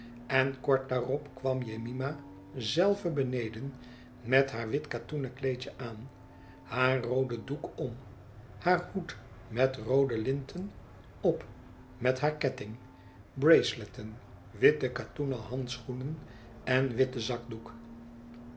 en kort daarop kwam jemima zelve beneden met haar wit katoenen kleedje aan haar rooden doek om haar hoed met roode linten op met haar ketting braceletten witte katoenen handschoenen en witten zakdoek